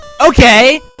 Okay